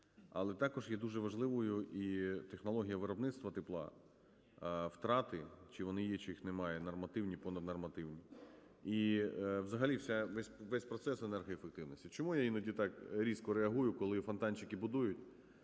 Але також є дуже важливою і технологія виробництва тепла, втрати, чи вони є, чи їх немає, нормативні, понаднормативні, і взагалі весь процес енергоефективності. Чому я іноді так різко реагую, коли фонтанчики будують